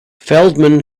feldman